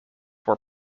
were